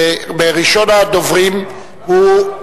וראשון הדוברים הוא,